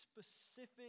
specific